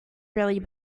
really